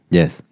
Yes